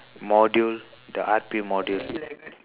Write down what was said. module the art module